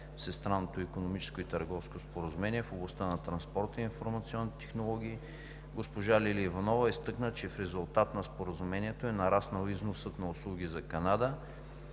Всеобхватното икономическо и търговско споразумение в областта на транспорта и информационните технологии. Госпожа Лилия Иванова изтъкна, че в резултат на Споразумението е нараснал износът на услуги за Канада,